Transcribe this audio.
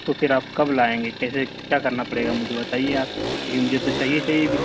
تو پھر آپ کب لائیں گے جیسے کیا کرنا پڑے گا مجھے بتائیے آپ کیونکہ مجھے تو چاہیے ہی چاہیے بل